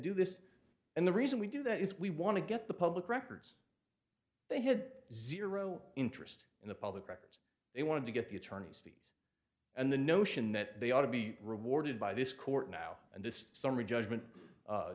do this and the reason we do that is we want to get the public records they have zero interest in the public records they want to get the attorney's fees and the notion that they ought to be rewarded by this court now and this summary judgment